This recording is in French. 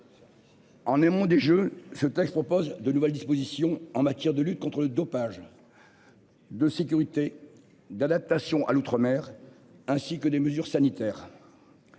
En aimant des jeux ce texte propose de nouvelles dispositions en matière de lutte contre le dopage. De sécurité, d'adaptation à l'Outre-mer ainsi que des mesures sanitaires.